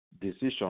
decision